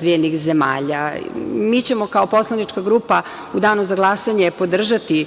razvijenih zemalja. Mi ćemo kao poslanička grupa u danu za glasanje podržati